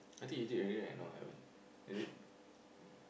I think he did already right no haven't is it